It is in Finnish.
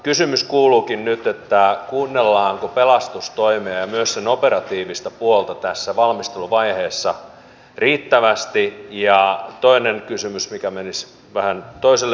kysymys kuuluukin nyt kuunnellaanko pelastustoimea ja myös sen operatiivista puolta tässä valmisteluvaiheessa riittävästi ja toinen kysymys mikä menisi vähän toiselle ministerille